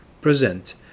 present